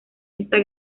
esta